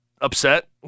upset